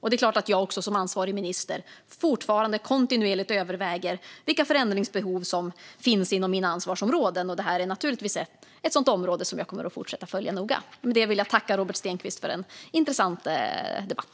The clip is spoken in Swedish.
Det är klart att jag som ansvarig minister fortfarande kontinuerligt överväger vilka förändringsbehov som finns inom mina ansvarsområden, och det här är ett område som jag kommer att fortsätta följa noga. Med det vill jag tacka Robert Stenkvist för en intressant debatt.